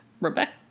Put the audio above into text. Rebecca